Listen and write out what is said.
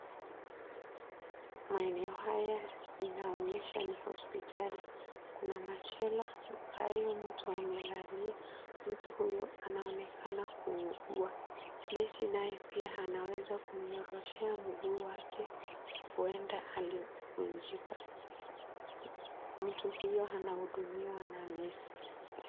Maeneo haya inaonyesha ni hospitali kuna machela ambayo mtu amelalia mtu huyu anaonekana kuugua. Nesi naye anaweza kumyoreshea mguu wake huenda alivunjika, mtu huyo anahudumiwa na nesi.